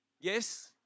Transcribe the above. Yes